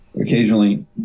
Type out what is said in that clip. occasionally